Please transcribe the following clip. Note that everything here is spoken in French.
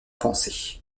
penser